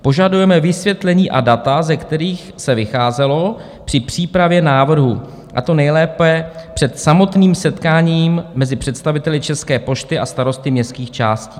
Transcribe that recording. Požadujeme vysvětlení a data, ze kterých se vycházelo při přípravě návrhu, a to nejlépe před samotným setkáním mezi představiteli České pošty a starosty městských částí.